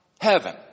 heaven